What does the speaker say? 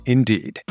Indeed